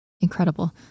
Incredible